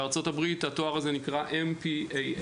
בארצות-הברית התואר הזה נקרא MP.AS